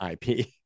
IP